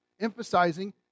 emphasizing